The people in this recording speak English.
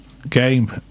Game